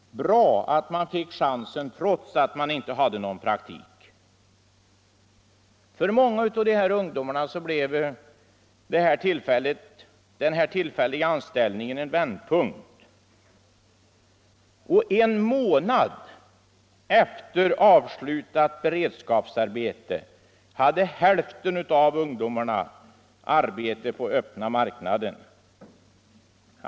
Bra att man fick chansen trots att man inte hade någon praktik. För många av dessa ungdomar blev den här tillfälliga anställningen en vändpunkt. En månad efter avslutat beredskapsarbete hade hälften av ungdomarna arbete på öppna marknaden.